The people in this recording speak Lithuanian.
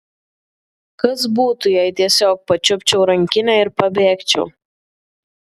kas būtų jei tiesiog pačiupčiau rankinę ir pabėgčiau